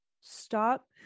stop